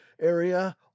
area